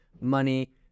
money